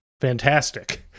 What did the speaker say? fantastic